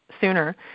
sooner